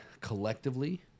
collectively